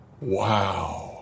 Wow